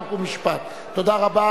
חוק ומשפט על מנת,